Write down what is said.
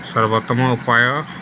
ସର୍ବୋତ୍ତମ ଉପାୟ